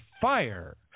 fire